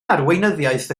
arweinyddiaeth